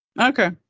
Okay